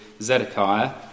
Zedekiah